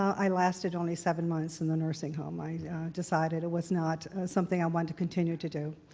i lasted only seven months in the nursing home. i decided it was not something i wanted to continue to do.